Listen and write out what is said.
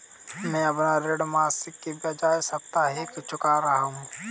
मैं अपना ऋण मासिक के बजाय साप्ताहिक चुका रहा हूँ